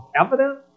evident